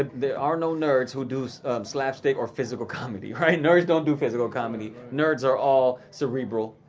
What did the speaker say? there are no nerds who do so ah slapstick or physical comedy. right? nerds don't do physical comedy. nerds are all cerebral.